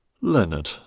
Leonard